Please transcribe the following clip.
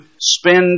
spend